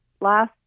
last